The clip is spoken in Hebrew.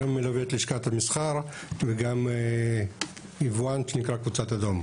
היום מלווה את לשכת המסחר וגם יבואן של קבוצת אדום.